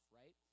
right